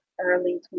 early